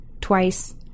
twice